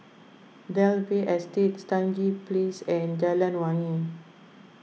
Dalvey Estate Stangee Place and Jalan Wangi